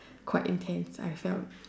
quite intense I felt